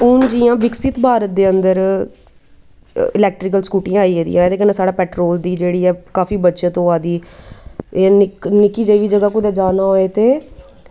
हून जि'यां विकसत भारत दे अंदर इलैक्ट्रीकल स्कूटियां आई दियां एह्दे कन्नै साढ़ा पैटरोल दी जेह्ड़ी ऐ काफी बचत होआ दी निक्की जेही बी जगह कुदै जाना होए ते